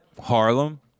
harlem